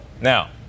Now